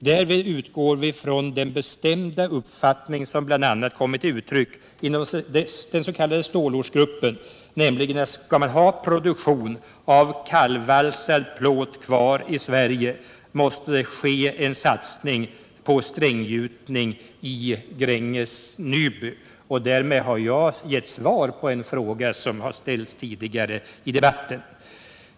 Därvid utgår vi från den bestämda uppfattning som bl.a. kommit till uttryck inom den s.k. stålortsgruppen, nämligen att skall man ha produktion av kallvalsad plåt kvar i Sverige, så måste det ske en satsning på stränggjutning i Gränges Nyby. Därmed har getts svar på en fråga som ställts tidigare i debatten.